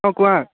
অ' কোৱা